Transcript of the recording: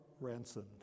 ransomed